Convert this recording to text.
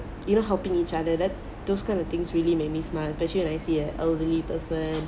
you know helping each other th~ those kind of things really make me smile especially when I see a elderly person